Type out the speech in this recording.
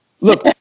look